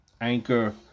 anchor